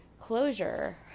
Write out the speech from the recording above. closure